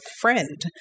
friend